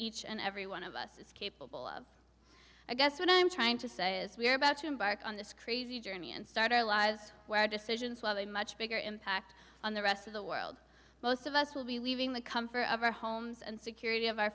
each and every one of us is capable of i guess what i'm trying to say is we are about to embark on this crazy journey and start our lives where decisions have a much bigger impact on the rest of the world most of us will be leaving the comfort of our homes and security of our